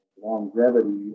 longevity